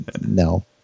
No